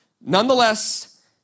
Nonetheless